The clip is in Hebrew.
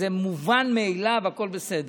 זה מובן מאליו, הכול בסדר.